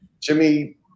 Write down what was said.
Jimmy